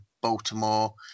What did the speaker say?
Baltimore